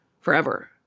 forever